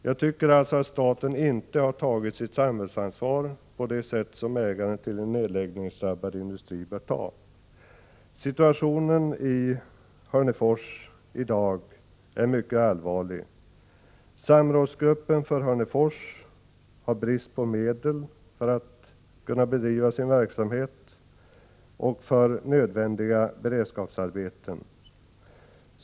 Jag tycker alltså att staten inte har tagit sitt samhällsansvar på det sätt som ägaren till en nedläggningsdrabbad industri bör ta. Situationen i Hörnefors är i dag mycket allvarlig. Samrådsgruppen för Hörnefors har brist på medel för att kunna bedriva sin verksamhet och för nödvändiga beredskapsarbeten.